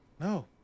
No